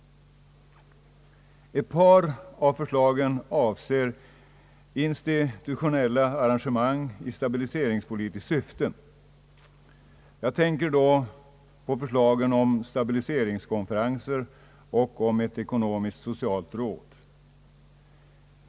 Ett par av förslagen avser institutionella arrangemang i stabiliseringspolitiskt syfte. Jag tänker i detta sammanmang på förslagen om stabiliseringskonferenser och om ett ekonomiskt-socialt råd.